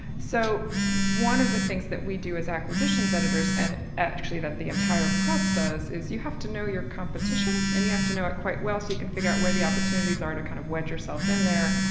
so one of the things that we do as acquisitions editors and actually that the entire press does is you have to know your competition, and you have to know it quite well, so you can figure out where the opportunities are to kind of wedge yourself in there,